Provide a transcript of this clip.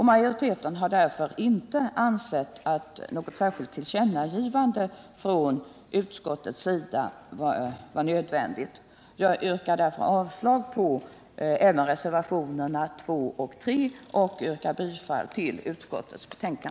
Majoriteten har därför inte ansett att något särskilt tillkännagivande från utskottets sida är nödvändigt. Jag yrkar därför avslag även på reservationerna 2 och 3 och bifall till utskottets hemställan.